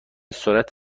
سرعت